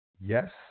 yes